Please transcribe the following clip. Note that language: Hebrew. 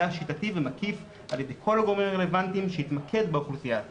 שיטתי ומקיף על ידי כל הגורמים הרלוונטיים שיתמקד באוכלוסייה הזאת.